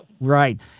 Right